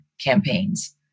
campaigns